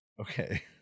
okay